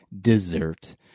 dessert